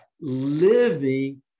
living